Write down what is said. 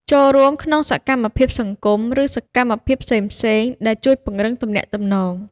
ចូលរួមក្នុងសកម្មភាពសង្គម ឬសកម្មភាពផ្សេងៗដែលជួយពង្រឹងទំនាក់ទំនង។